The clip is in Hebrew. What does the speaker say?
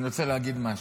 אני רוצה להגיד משהו.